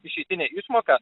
išeitinę išmoką